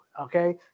Okay